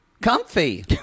Comfy